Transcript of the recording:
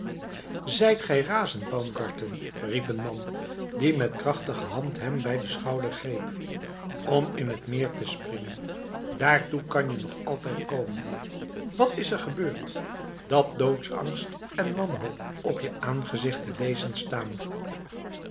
zijt gij razend baumgarten riep een man die met krachtige hand hem bij den schouder greep om in het meer te springen daartoe kan je nog altijd komen wat is er gebeurd dat doodsangst en wanhoop op je aangezicht te lezen staan